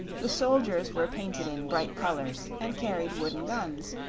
the soldiers were painted in bright colors and carried wooden guns,